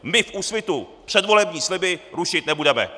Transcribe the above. My v Úsvitu předvolební sliby rušit nebudeme.